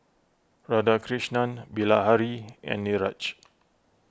Radhakrishnan Bilahari and Niraj